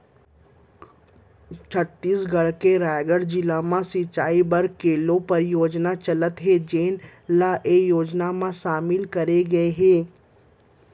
छत्तीसगढ़ के रायगढ़ जिला म सिंचई बर केलो परियोजना चलत हे जेन ल ए योजना म सामिल करे गे हे